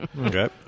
Okay